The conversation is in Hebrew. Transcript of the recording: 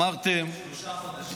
באמת אמרתם שלושה חודשים.